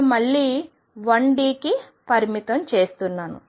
నేను మళ్లీ 1 D కి పరిమితం చేస్తున్నాను